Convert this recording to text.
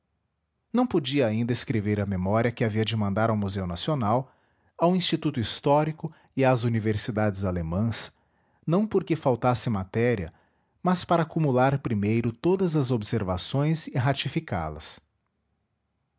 não podia ainda escrever a memória que havia de mandar ao museu nacional ao instituto histórico e às universidades alemãs não porque faltasse matéria mas para acumular primeiro todas as observações